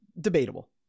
Debatable